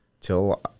till